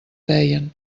deien